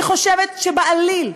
אני חושבת שבעליל,